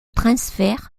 transfert